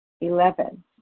Eleven